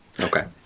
Okay